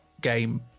game